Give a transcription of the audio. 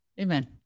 Amen